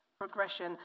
progression